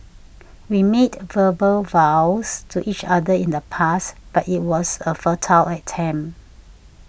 we made verbal vows to each other in the past but it was a futile attempt